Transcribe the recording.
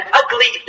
ugly